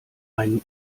einen